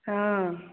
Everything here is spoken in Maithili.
हँ